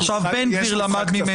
עכשיו בן גביר למד ממנו.